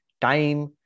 time